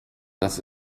das